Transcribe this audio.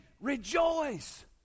rejoice